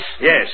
Yes